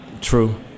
true